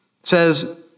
Says